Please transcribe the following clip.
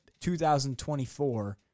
2024